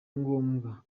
ngombwa